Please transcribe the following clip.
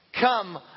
Come